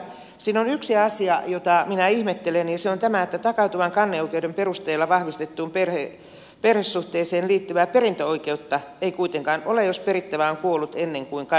siinä on yksi asia jota minä ihmettelen ja se on tämä että takautuvan kanneoikeuden perusteella vahvistettuun perhesuhteeseen liittyvää perintöoikeutta ei kuitenkaan ole jos perittävä on kuollut ennen kuin kanne tuli vireille